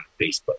Facebook